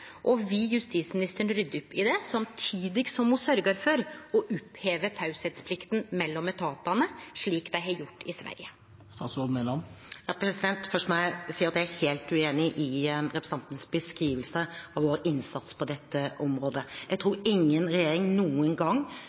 samtidig som ho sørgjer for å oppheve teieplikta mellom etatane, slik ein har gjort i Sverige? Først må jeg si at jeg er helt uenig i representantens beskrivelse av vår innsats på dette området. Jeg tror ingen regjering noen gang